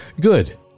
Good